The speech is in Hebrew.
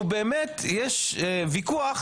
שהוא באמת יש ויכוח,